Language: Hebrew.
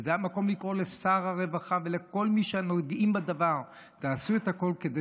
וזה המקום לקרוא לשר הרווחה ולכל מי שנוגע בדבר: תעשו את הכול כדי